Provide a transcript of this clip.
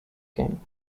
game